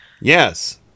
Yes